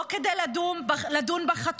לא כדי לדון בחטופים,